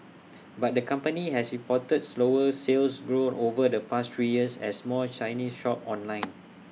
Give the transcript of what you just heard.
but the company has reported slower Sales Growth over the past three years as more Chinese shop online